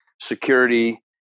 security